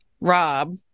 Rob